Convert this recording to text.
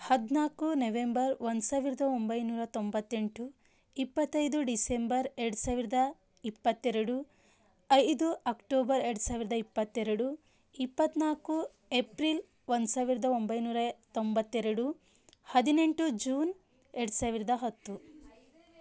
ಹದಿನಾಲ್ಕು ನೆವೆಂಬರ್ ಒಂದು ಸಾವಿರದ ಒಂಬೈನೂರ ತೊಂಬತ್ತೆಂಟು ಇಪ್ಪತ್ತೈದು ಡಿಸೆಂಬರ್ ಎರಡು ಸಾವಿರದ ಇಪ್ಪತ್ತೆರಡು ಐದು ಅಕ್ಟೋಬರ್ ಎರಡು ಸಾವಿರದ ಇಪ್ಪತ್ತೆರಡು ಇಪ್ಪತ್ತ್ನಾಲ್ಕು ಎಪ್ರಿಲ್ ಒಂದು ಸಾವಿರದ ಒಂಬೈನೂರ ತೊಂಬತ್ತೆರಡು ಹದಿನೆಂಟು ಜೂನ್ ಎರಡು ಸಾವಿರದ ಹತ್ತು